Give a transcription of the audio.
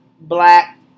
black